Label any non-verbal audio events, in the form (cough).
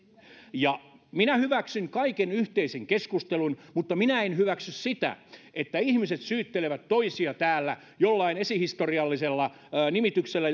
minä hyväksyn kaiken yhteisen keskustelun mutta minä en hyväksy sitä että ihmiset syyttelevät toisia täällä jollain esihistoriallisella nimityksellä (unintelligible)